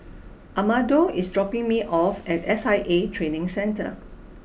Amado is dropping me off at S I A Training Centre